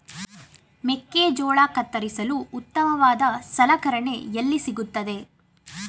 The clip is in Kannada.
ಮೆಕ್ಕೆಜೋಳ ಕತ್ತರಿಸಲು ಉತ್ತಮವಾದ ಸಲಕರಣೆ ಎಲ್ಲಿ ಸಿಗುತ್ತದೆ?